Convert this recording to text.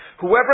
Whoever